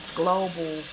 global